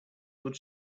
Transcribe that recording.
good